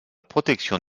protection